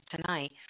tonight